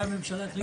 ממשלתית.